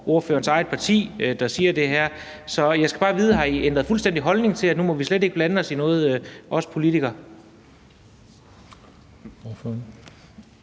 ordførerens eget parti, der siger det her. Så jeg skal bare vide: Har I ændret fuldstændig holdning til det, og må vi politikere nu slet ikke blande os i noget? Kl.